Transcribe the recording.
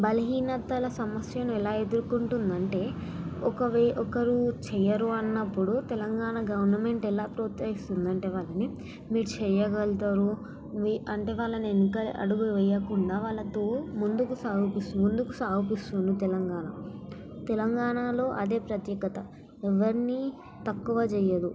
బలహీనతల సమస్యను ఎలా ఎదుర్కొంటుందంటే ఒకరు చెయ్యరు అన్నప్పుడు తెలంగాణ గవర్నమెంట్ ఎలా ప్రోత్సహిస్తుందంటే వాళ్ళని మీరు చెయ్యగల్గుతారు మీ అంటే వాళ్ళని వెనుక అడుగు వేయ్యకుండా వాళ్ళతో ముందుకు సాగుపిస్ ముందుకు సాగుపిస్తుంది తెలంగాణ తెలంగాణలో అదే ప్రత్యేకత ఎవ్వరిని తక్కువ చెయ్యదు